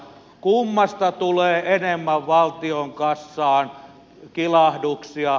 kummasta tulee enemmän valtion kassaan kilahduksia